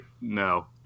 no